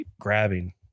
grabbing